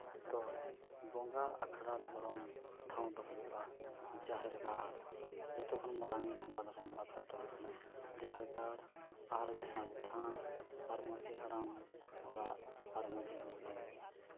ᱛᱚ ᱵᱚᱸᱜᱟ ᱟᱠᱷᱲᱟ ᱫᱷᱚᱨᱚᱢ ᱴᱷᱟᱶ ᱫᱚ ᱦᱩᱭᱩᱜᱼᱟ ᱡᱟᱦᱮᱨ ᱜᱟᱢ ᱡᱚᱛᱚ ᱠᱷᱚᱱ ᱢᱟᱨᱟᱝ ᱵᱚᱸᱜᱟ ᱫᱷᱚᱨᱚᱢ ᱟᱠᱷᱲᱟ ᱫᱚ ᱦᱩᱭᱩᱜ ᱠᱟᱱᱟ ᱡᱟᱦᱮᱨ ᱜᱟᱲ ᱟᱨ ᱵᱟᱝᱠᱷᱟᱱ ᱛᱷᱟᱱ ᱟᱨ ᱢᱟᱺᱡᱷᱤ ᱦᱟᱲᱟᱢ ᱚᱲᱟᱜ ᱟᱨ ᱢᱟᱺᱡᱷᱤ ᱵᱩᱲᱦᱤ